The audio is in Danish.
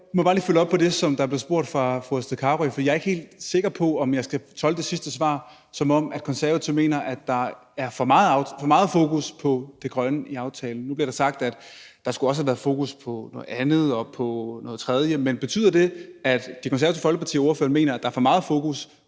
Jeg må bare lige følge op på det, som der blev spurgt om af fru Astrid Carøe, for jeg er ikke helt sikker på, om jeg skal tolke det sidste svar, som at Konservative mener, at der er for meget fokus på det grønne i aftalen. Nu bliver det sagt, at der også skulle have været fokus på noget andet og på noget tredje, men betyder det, at Det Konservative Folkeparti og ordføreren mener, at der er for meget fokus